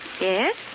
Yes